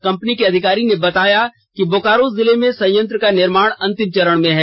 company के अधिकारी ने बताया कि बोकारो जिले में संयंत्र का निर्माण अंतिम चरण में है